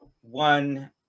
one